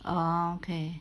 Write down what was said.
oh okay